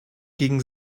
gegen